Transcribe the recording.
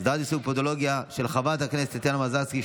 הסדרת העיסוק בפודולוגיה) של חברת הכנסת טטיאנה מזרסקי,